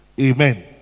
Amen